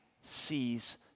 sees